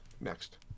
Next